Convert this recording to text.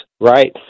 right